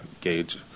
gauge